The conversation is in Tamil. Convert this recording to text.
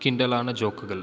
கிண்டலான ஜோக்குகள்